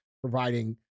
providing